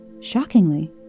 Shockingly